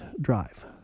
drive